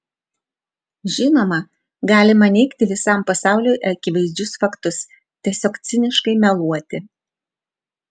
žinoma galima neigti visam pasauliui akivaizdžius faktus tiesiog ciniškai meluoti